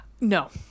No